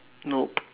nope